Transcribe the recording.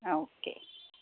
ആ ഓക്കെ